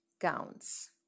counts